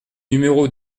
numéro